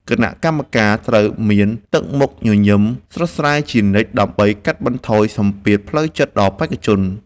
គណៈកម្មការត្រូវមានទឹកមុខញញឹមស្រស់ស្រាយជានិច្ចដើម្បីកាត់បន្ថយសម្ពាធផ្លូវចិត្តដល់បេក្ខជន។